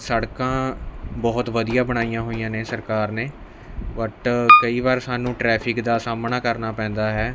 ਸੜਕਾਂ ਬਹੁਤ ਵਧੀਆ ਬਣਾਈਆਂ ਹੋਈਆ ਨੇ ਸਰਕਾਰ ਨੇ ਵਟ ਕਈ ਵਾਰ ਸਾਨੂੰ ਟਰੈਫਿਕ ਦਾ ਸਾਹਮਣਾ ਕਰਨਾ ਪੈਂਦਾ ਹੈ